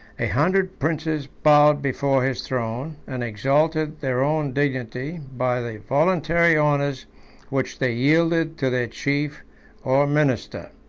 a hundred princes bowed before his throne, and exalted their own dignity by the voluntary honors which they yielded to their chief or minister.